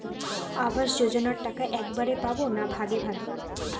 আবাস যোজনা টাকা একবারে পাব না ভাগে ভাগে?